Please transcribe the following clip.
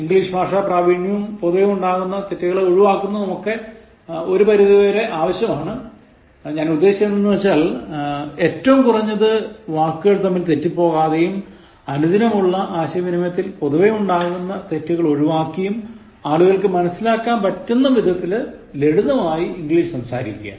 English ഭാഷാ പ്രാവിണ്യവും പൊതുവെ ഉണ്ടാകുന്ന തെറ്റുകളെ ഒഴിവാക്കുന്നതും ഒക്കെ ഒരു പരിധിവരെ ആവശ്യമാണ് ഞാൻ ഉദ്ദേശിച്ചത് എന്തെന്നു വച്ചാൽ ഏറ്റം കുറഞ്ഞത് വാക്കുകൾ തമ്മിൽ തെറ്റിപ്പോകാതെയും അനുദിനമുള്ള ആശയവിനിമയത്തിൽ പൊതുവെ ഉണ്ടാകുന്ന തെറ്റുകൾ ഒഴിവാക്കിയും ആളുകൾക്ക് മനസിലാക്കാൻ പറ്റുന്ന വിധത്തിൽ ലളിതമായ ഇംഗ്ലീഷിൽ സംസാരിക്കുക